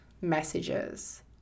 messages